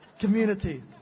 community